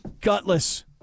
Gutless